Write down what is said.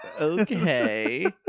Okay